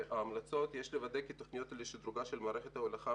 ההמלצות: יש לוודא כי התוכניות לשדרוגה של מערכת ההולכה